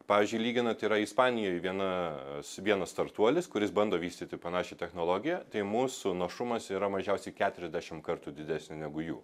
pavyzdžiui lyginant yra ispanijoj vienas vienas startuolis kuris bando vystyti panašią technologiją tai mūsų našumas yra mažiausiai keturiasdešimt kartų didesni negu jų